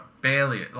barely